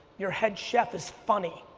your head chef is funny,